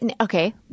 Okay